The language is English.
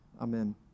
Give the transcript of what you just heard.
Amen